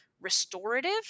restorative